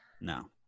No